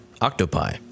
Octopi